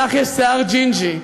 לך יש שיער ג'ינג'י.